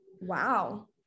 wow